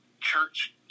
church